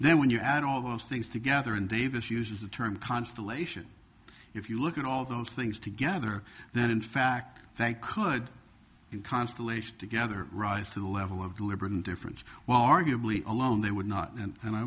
law then when you add all those things together and davis uses the term constellation if you look at all those things together that in fact that could in constellation together rise to the level of deliberate indifference while arguably alone they would not and i